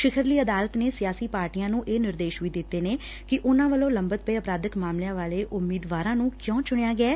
ਸਿਖ਼ਰਲੀ ਅਦਾਲਤ ਨੇ ਸਿਆਸੀ ਪਾਰਟੀਆਂ ਨੂੰ ਇਹ ਨਿਰਦੇਸ਼ ਵੀ ਦਿੱਤੇ ਨੇ ਕਿ ਉਨੂਾਂ ਵੱਲੋਂ ਲੰਬਿਤ ਪਏ ਅਪਰਾਧਿਕ ਮਾਮਲਿਆ ਵਾਲੇ ਉਮੀਦਵਾਰਾ ਨੂੰ ਕਿਊ ਚੂਣਿਆ ਗਿਐ